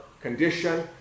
condition